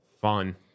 Fun